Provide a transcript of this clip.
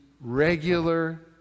regular